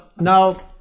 now